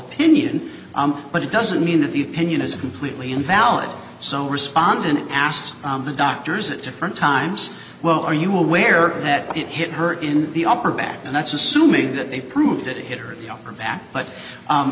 opinion but it doesn't mean that the pinion is completely invalid so respondent asked the doctors at different times well are you aware that it hit her in the upper back and that's assuming that they proved that it hit her upper back but